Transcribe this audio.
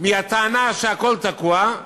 בטענה שהכול תקוע,